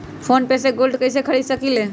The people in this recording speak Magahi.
फ़ोन पे से गोल्ड कईसे खरीद सकीले?